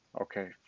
Okay